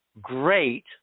Great